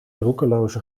roekeloze